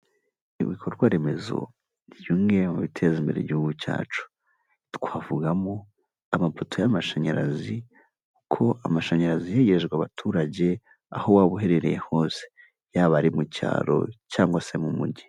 Ibikorwa remezo by'imwe mu biteza imbere igihugu cyacu, twavugamo amapoto y'amashanyarazi kuko amashanyarazi hegejwe abaturage aho waba uherereye hose yaba ari mu cyaro cyangwa se mu mujyi,